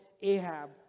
Ahab